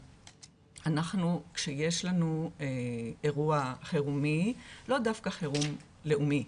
כשיש לנו אירוע חירומי, לא דווקא חירום לאומי,